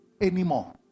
anymore